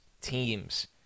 teams